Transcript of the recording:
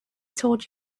told